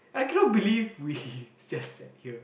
I cannot believe we just sat here